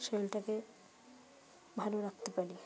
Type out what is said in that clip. শরীরটাকে ভালো রাখতে পারি